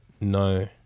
No